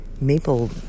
maple